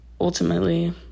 ultimately